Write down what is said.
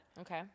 Okay